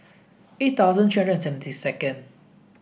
eight thousand three hundred seventy second